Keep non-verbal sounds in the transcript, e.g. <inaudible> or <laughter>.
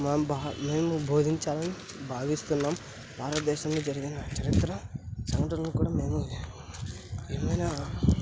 మేము బోధించాలని భావిస్తున్నాము భారతదేశంలో జరిగిన చరిత్ర సంఘటనలు కూడా మేమే ఏమైనా <unintelligible>